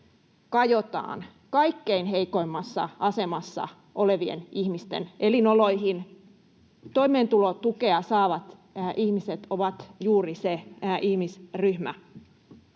kajotaan kaikkein heikoimmassa asemassa olevien ihmisten elinoloihin. Toimeentulotukea saavat ihmiset ovat juuri se ihmisryhmä.